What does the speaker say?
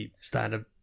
standard